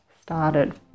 started